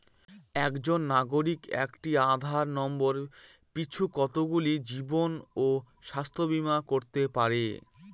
একজন নাগরিক একটি আধার নম্বর পিছু কতগুলি জীবন ও স্বাস্থ্য বীমা করতে পারে?